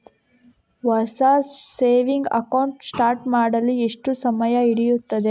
ಹೊಸ saving account start ಮಾಡಲು ಎಷ್ಟು ಸಮಯ ಹಿಡಿಯುತ್ತದೆ?